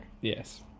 Yes